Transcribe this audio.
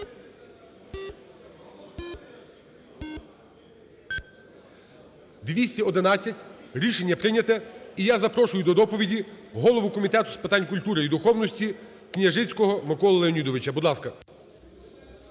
За-211 Рішення прийнято. Я запрошую до доповіді голову Комітету з питань культури і духовності Княжицького Миколу Леонідовича. Будь ласка.